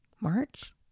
March